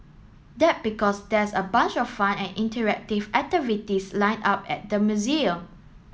that because there's a bunch of fun and interactive activities lined up at the museum